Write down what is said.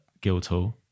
guildhall